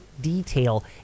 detail